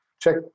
check